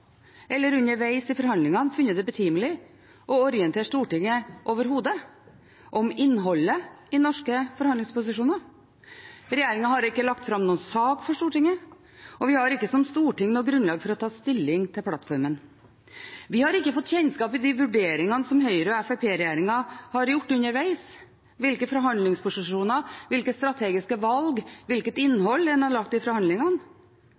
eller undervegs i forhandlingene funnet det betimelig å orientere Stortinget overhodet om innholdet i norske forhandlingsposisjoner. Regjeringen har ikke lagt fram noen sak for Stortinget, og vi som storting har ikke noe grunnlag for å ta stilling til plattformen. Vi har ikke fått kjennskap til de vurderingene som regjeringen har gjort undervegs, hvilke forhandlingsposisjoner en har hatt, hvilke strategiske valg en har gjort, hvilket innhold en har lagt i forhandlingene,